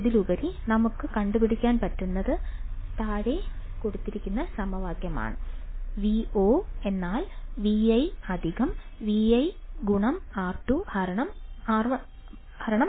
അതിലുപരി നമുക്ക് കണ്ടുപിടിക്കാൻ പറ്റുന്നത് അത് താഴെ കൊടുത്തിരിക്കുന്ന സമവാക്യമാണ്